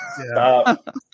stop